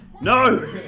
no